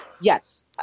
Yes